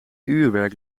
uurwerk